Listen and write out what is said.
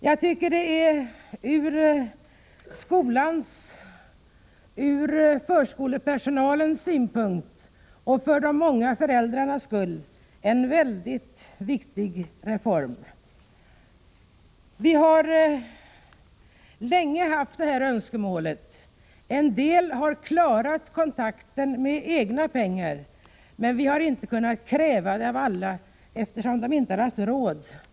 Jag tycker att det är ur skolans och förskolans synpunkt och för de många föräldrarnas skull en väldigt viktig reform. Önskemålet om kontaktdagar har funnits länge. En del har klarat kontakten med egna pengar, men man har inte kunnat kräva detta av alla, eftersom många inte har haft råd.